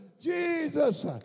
Jesus